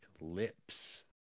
Lips